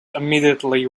immediately